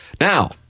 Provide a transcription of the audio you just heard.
Now